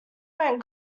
went